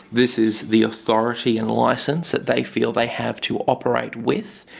this is the authority and licence that they feel they have to operate with.